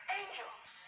angels